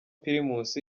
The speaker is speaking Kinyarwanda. primus